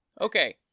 Okay